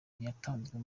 ntiyatanzwe